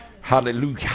Hallelujah